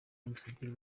ambasaderi